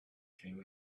dream